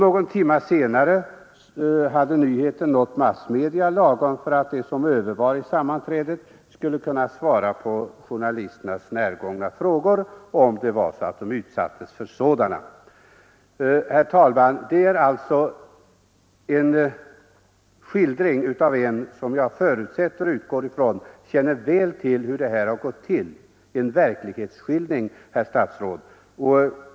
Någon timme senare hade nyheten nått massmedia, lagom för att de som övervarit sammanträdet skulle kunna svara på journalisternas frågor utan att behöva visa sig alltför överraskade.” Herr talman! Detta är alltså en skildring av en person som jag förutsätter känner väl till hur det har gått till, en verklighetsskildring, herr statsråd!